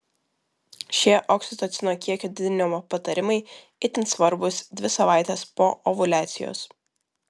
šie oksitocino kiekio didinimo patarimai itin svarbūs dvi savaites po ovuliacijos